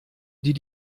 die